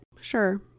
Sure